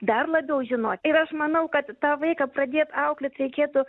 dar labiau žinot ir aš manau kad tą vaiką pradėt auklėt reikėtų